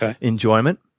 enjoyment